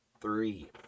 three